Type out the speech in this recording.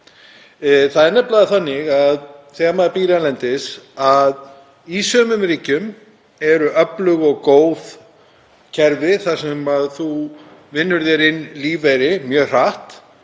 Það er nefnilega þannig að þegar maður býr erlendis þá eru í sumum ríkjum öflug og góð kerfi þar sem maður vinnur sér inn lífeyri mjög hratt.